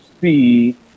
see